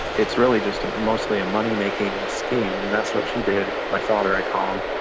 it's really just mostly a money-making scheme and that's what he did, my father i call him.